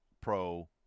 Pro